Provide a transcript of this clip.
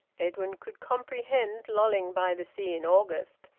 edwin could comprehend lolling by the sea in august,